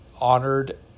honored